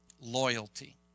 loyalty